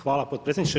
Hvala potpredsjedniče.